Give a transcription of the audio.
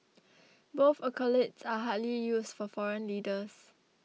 both accolades are hardly used for foreign leaders